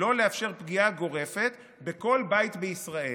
לא לאפשר פגיעה גורפת בכל בית בישראל.